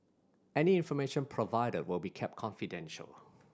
any information provided will be kept confidential